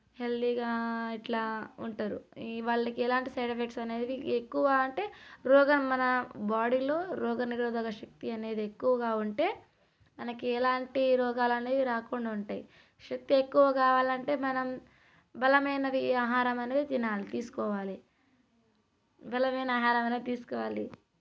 హెల్తీగా ఇట్లా ఉంటారు వాళ్ళకి ఎలాంటి సైడ్ ఎఫెక్ట్స్ అనేవి ఎక్కువ అంటే రోగం మన బాడీలో రోగ నిరోధక శక్తి అనేది ఎక్కువగా ఉంటే మనకి ఎలాంటి రోగాలు అనేవి రాకుండా ఉంటాయి శక్తి ఎక్కువ కావాలంటే మనం బలమైనవి ఆహారం అనేది తినాలి తీసుకోవాలి బలమైన ఆహారం అనేది తీసుకోవాలి